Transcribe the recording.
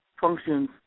functions